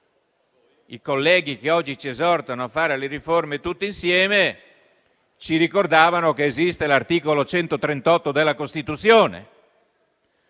i colleghi che oggi ci esortano a fare le riforme tutti insieme ci ricordavano che esiste l'articolo 138 della Costituzione.